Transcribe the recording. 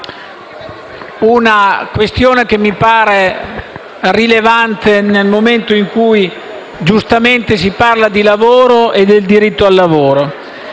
una questione che mi pare rilevante, nel momento in cui, giustamente, si parla di lavoro e del diritto al lavoro: